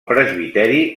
presbiteri